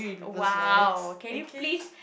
!wow! can you please